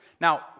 Now